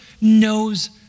knows